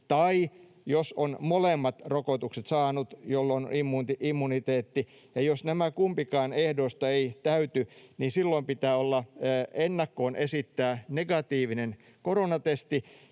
tai jos on saanut molemmat rokotukset, jolloin on immuniteetti, ja jos kumpikaan näistä ehdoista ei täyty, silloin pitää ennakkoon esittää negatiivinen koronatesti,